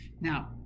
Now